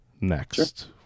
next